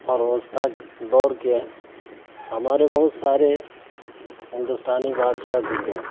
اور وسطیٰ دور کے ہمارے بہت سارے ہندوستانی بادشاہ گزرے ہیں